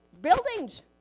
buildings